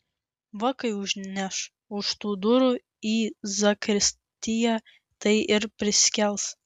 va kai užneš už tų durų į zakristiją tai ir prisikels